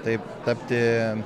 taip tapti